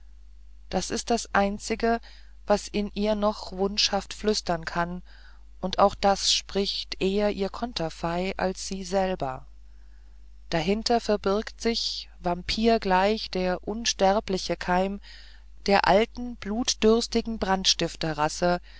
das ist das einzige was in ihr noch wunschhaft flüstern kann und auch das spricht eher ihr konterfei als sie selber dahinter verbirgt sich vampirgleich der unsterbliche keim der alten blutdürstigen